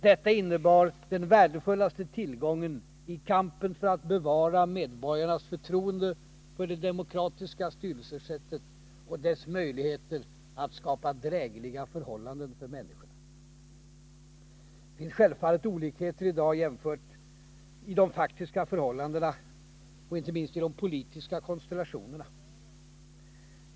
Detta innebar den värdefullaste tillgången i kampen för att bevara medborgarnas förtroende för det demokratiska styrelsesättet och dess möjligheter att skapa drägliga förhållanden för människorna.” Det finns självfallet olikheter jämfört med i dag i faktiska förhållanden och inte minst i politiska konstellationer.